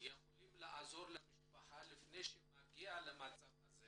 יכולים לעזור למשפחה לפני שהיא מגיעה למצב הזה